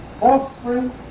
offspring